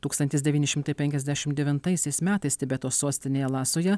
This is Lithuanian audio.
tūkstantis devyni šimtai penkiasdešimt devintaisiais metais tibeto sostinėj lasoje